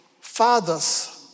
fathers